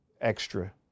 extra